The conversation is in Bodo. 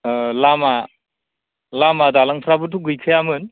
ओ लामा लामा दालांफ्राबोथ' गैखायामोन